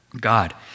God